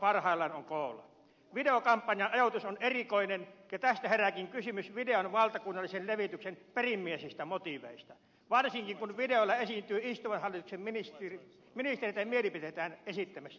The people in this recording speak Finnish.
videokampanjan ajoitus on erikoinen ja tästä herääkin kysymys videon valtakunnallisen levityksen perimmäisistä motiiveista varsinkin kun videolla esiintyy istuvan hallituksen ministereitä mielipiteitään esittämässä